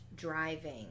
driving